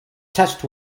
test